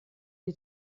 wie